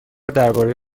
درباره